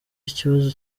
ikibazo